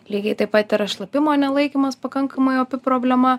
lygiai taip pat yra šlapimo nelaikymas pakankamai opi problema